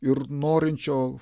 ir norinčio